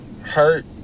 Hurt